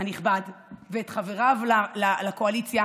הנכבד ואת חבריו לקואליציה